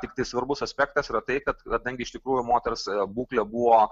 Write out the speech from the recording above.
tiktai svarbus aspektas yra tai kad kadangi iš tikrųjų moters būklė buvo